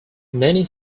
many